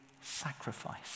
sacrifice